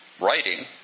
writing